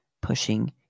pushing